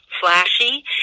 flashy